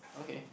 okay